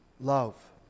love